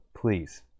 please